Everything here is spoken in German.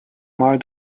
mal